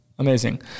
Amazing